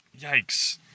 yikes